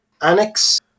Annex